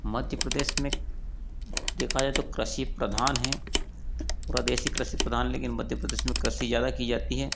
मध्य प्रदेश में देखा जाए तो कृषि प्रधान है पूरा देश ही कृषि प्रधान है लेकिन मध्य प्रदेश में कृषि ज़्यादा की जाती है